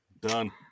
Done